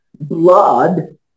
blood